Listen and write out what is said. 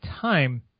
time